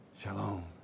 Shalom